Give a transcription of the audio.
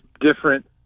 different